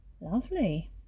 lovely